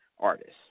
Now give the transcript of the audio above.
artists